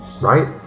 right